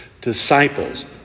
disciples